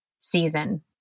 season